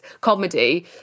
comedy